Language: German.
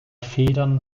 federn